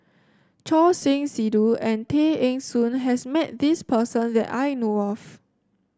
Choor Singh Sidhu and Tay Eng Soon has met this person that I know of